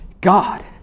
God